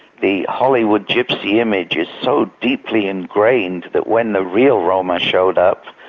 the hollywood gypsy image is so deeply ingrained, but when the real roma showed up,